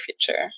future